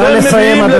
נא לסיים.